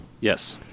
Yes